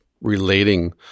relating